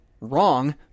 wrong